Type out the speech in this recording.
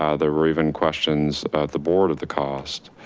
ah there were even questions at the board of the cost,